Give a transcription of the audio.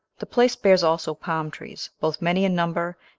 the place bears also palm trees, both many in number,